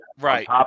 Right